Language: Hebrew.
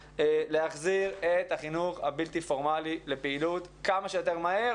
להחזיר את החינוך הבלתי פורמלי לפעילות כמה שיותר מהר.